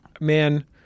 man